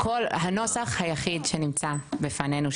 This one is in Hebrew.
הנוסח יחיד שנמצא בפנינו,